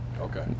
Okay